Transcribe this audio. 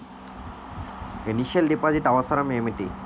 Initial deposit అవసరం ఏమిటి?